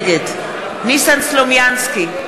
נגד ניסן סלומינסקי,